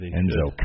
Enzo